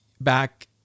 back